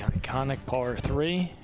iconic par three.